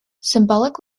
symbolic